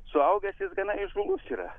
suaugęs jis gana įžūlus yra